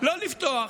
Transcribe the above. לא לפתוח